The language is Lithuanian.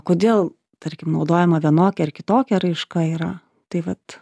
kodėl tarkim naudojama vienokia ar kitokia raiška yra tai vat